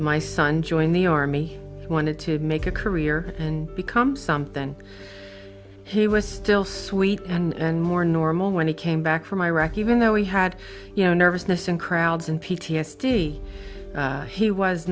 my son joined the army wanted to make a career and become something he was still sweet and more normal when he came back from iraq even though he had you know nervousness in crowds and p t s d he was